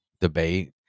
debate